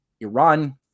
Iran